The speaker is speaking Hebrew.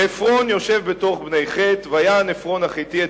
ועפרון ישב בתוך בני חת ויען עפרון החתי את